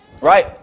Right